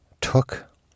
took